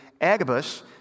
Agabus